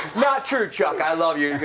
not true, chuck. i love you.